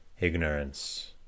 ignorance